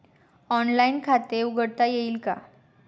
Online खाते उघडता येईल का?